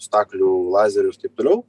staklių lazerių ir taip toliau